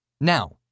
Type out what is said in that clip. Now